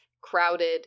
crowded